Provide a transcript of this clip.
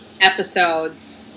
episodes